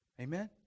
Amen